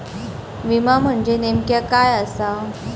विमा म्हणजे नेमक्या काय आसा?